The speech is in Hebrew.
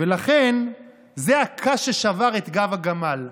ולכן זה הקש ששבר את הגמל.